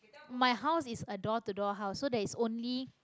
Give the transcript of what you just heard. my house is a door to door house so there's only